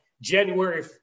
January